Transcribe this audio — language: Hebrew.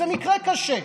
זה מקרה קשה.